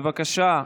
בבקשה,